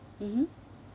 mmhmm